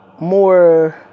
more